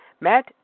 Matt